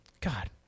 god